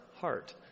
heart